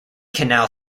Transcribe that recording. canal